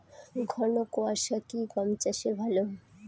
ঘন কোয়াশা কি গম চাষে ভালো?